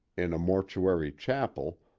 in a mortuary chapel,